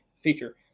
feature